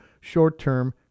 short-term